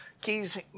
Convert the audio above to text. keys